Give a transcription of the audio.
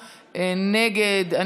נגד,